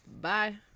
Bye